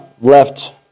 left